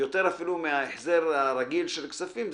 יותר אפילו מן ההחזר הרגיל של כספים,